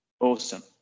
awesome